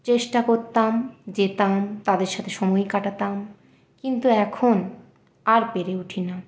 চেষ্টা করতাম যেতাম তাদের সাথে সময় কাটাতাম কিন্তু এখন আর পেরে উঠি না